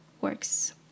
works